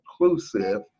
inclusive